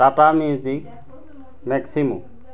Tata music Maxximo